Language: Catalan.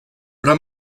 però